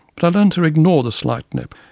but i learnt to ignore the slight nip.